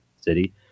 city